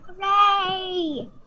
Hooray